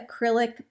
acrylic